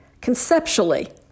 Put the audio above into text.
Conceptually